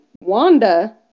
Wanda